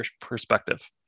perspective